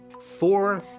Four